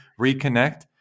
reconnect